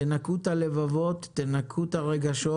תנקו את הלבבות, תנקו את הרגשות,